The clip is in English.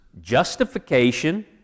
justification